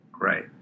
right